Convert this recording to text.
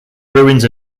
ruins